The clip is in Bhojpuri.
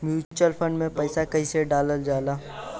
म्यूचुअल फंड मे पईसा कइसे डालल जाला?